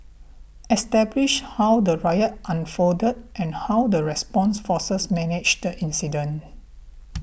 establish how the riot unfolded and how the response forces managed the incident